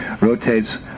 rotates